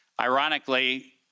Ironically